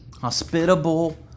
hospitable